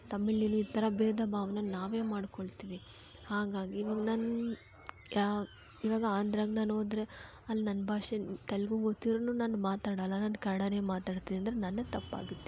ತಮಿಳು ನೀನು ಈ ಥರ ಬೇಧ ಭಾವನ ನಾವೇ ಮಾಡಿಕೊಳ್ತೀವಿ ಹಾಗಾಗಿ ನನ್ನ ಇವಾಗ ಆಂಧ್ರಗ್ ನಾನು ಹೋದ್ರೆ ಅಲ್ಲಿ ನನ್ನ ಭಾಷೆ ತೆಲುಗು ಗೊತ್ತಿದ್ರು ನಾನು ಮಾತಾಡಲ್ಲ ನಾನು ಕನ್ನಡ ಮಾತಾಡ್ತಿದ್ದರೆ ನಂದು ತಪ್ಪಾಗುತ್ತೆ